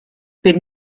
bin